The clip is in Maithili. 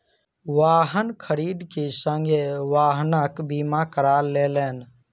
वाहन खरीद के संगे वाहनक बीमा करा लेलैन